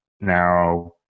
Now